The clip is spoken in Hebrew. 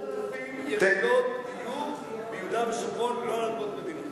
9,000 יחידות דיור ביהודה ושומרון לא על אדמות מדינה.